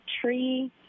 tree